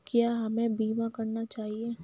क्या हमें बीमा करना चाहिए?